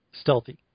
stealthy